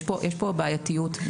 יש פה בעייתיות.